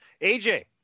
aj